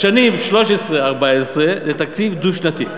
השנים 2013 2014, זה תקציב דו-שנתי.